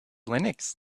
linux